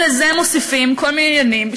אם לזה מוסיפים כל מיני עניינים,